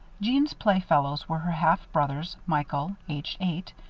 jeanne's playfellows were her half-brothers michael, aged eight,